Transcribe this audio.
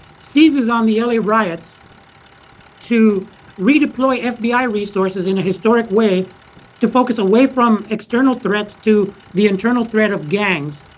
seizes on the l a. riots to redeploy fbi resources in a historic way to focus away from external threats to the internal threat of gangs,